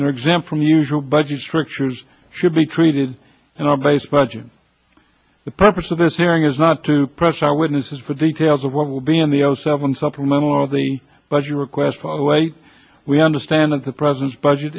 exempt from usual budget strictures should be treated and our base budget the purpose of this hearing is not to press our witnesses for details of what will be in the zero seven supplemental or the budget request by the way we understand that the president's budget